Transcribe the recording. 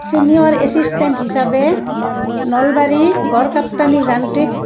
senior assistant হিচাপে নলবাৰী গড়কাপ্তানি যান্ত্ৰিক